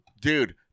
dude